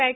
पॅट